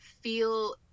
feel